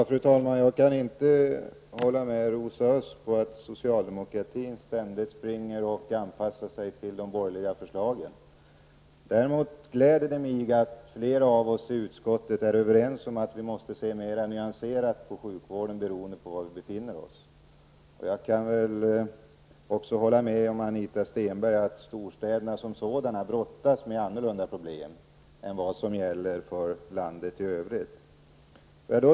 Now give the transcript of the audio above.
Fru talman! Jag kan inte hålla med Rosa Östh om att socialdemokratin ständigt springer och anpassar sig till de borgerliga förslagen. Däremot gläder det mig att flera av oss i utskottet är överens om att vi måste se mera nyanserat på sjukvården beroende på var vi befinner oss. Jag kan också hålla med Anita Stenberg om att storstäderna som sådana brottas med annorlunda problem än vad landet i övrigt gör.